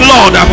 Lord